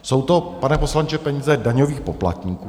Jsou to, pane poslanče, peníze daňových poplatníků.